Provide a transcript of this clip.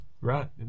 right